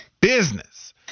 business